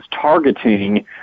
targeting